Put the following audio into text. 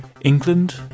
England